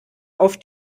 auf